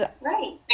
right